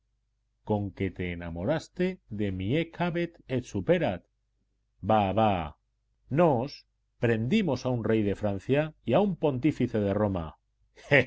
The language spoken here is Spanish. curioso conque te enamoraste de mi haec habet et superat bah bah nos prendimos a un rey de francia y a un pontífice de roma